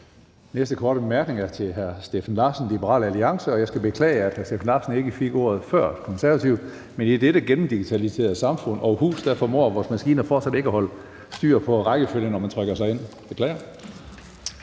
Næste korte bemærkning er til hr. Steffen Larsen, Liberal Alliance. Jeg skal beklage, at hr. Steffen Larsen ikke fik ordet før Konservative, men i dette gennemdigitaliserede samfund og hus formår vores maskiner fortsat ikke at holde styr på rækkefølgen, når man trykker sig ind. Jeg beklager.